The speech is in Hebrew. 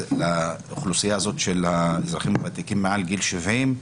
לאוכלוסייה של האזרחים הוותיקים מעל גיל 70,